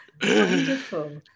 wonderful